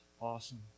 awesome